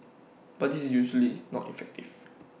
but this is usually not effective